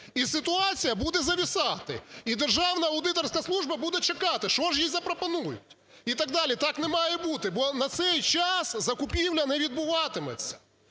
і ситуація буде зависати, і Державна аудиторська служба буде чекати, що ж їй запропонують і так далі. Так не має бути, бо на цей час закупівля не відбуватиметься.